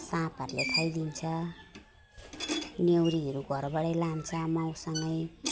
साँपहरूले खाइदिन्छ न्याउरीहरू घरबाट लान्छ माउसँगै